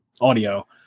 audio